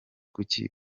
kuki